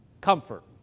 comfort